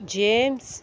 james